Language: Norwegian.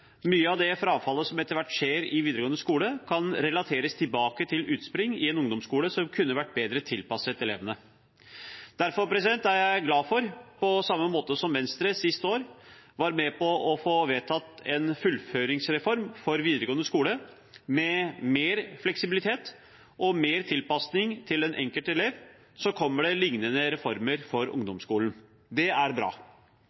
Mye av frafallet som etter hvert skjer i videregående skole, kan relateres tilbake til utspring i en ungdomsskole som kunne ha vært bedre tilpasset elevene. Derfor er jeg glad for at det, på samme måte som Venstre sist år var med på å få vedtatt en fullføringsreform for videregående skole, med mer fleksibilitet og mer tilpasning til den enkelte elev, kommer liknende reformer for